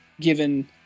given